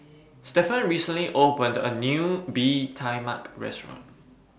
Stefan recently opened A New Bee Tai Mak Restaurant